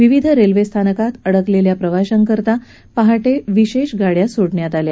विविध रेल्वेस्थानकात अडकलेल्या प्रवाशांसाठी पहाटे विशेष गाड्या सोडण्यात आल्या